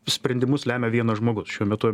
sprendimus lemia vienas žmogus šiuo metu